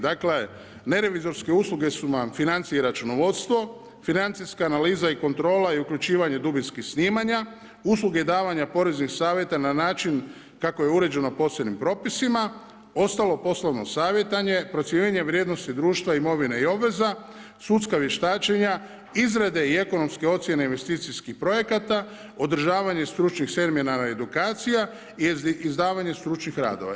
Dakle, nerevizorske usluge su vam financije i računovodstvo, financijska analiza i kontrola i uključivanje dubinskih snimanja, usluge davanja poreznih savjeta na način kako je uređeno posebnim propisima, ostalo poslovno savjetovanje, procjenjivanje vrijednosti društva, imovine i obveza, sudska vještačenja, izrade i ekonomske ocjene investicijskih projekata, održavanje stručnih seminara i edukacija, izdavanje stručnih radova.